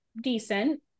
decent